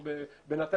עראבה,